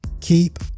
keep